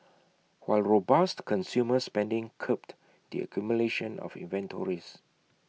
while robust consumer spending curbed the accumulation of inventories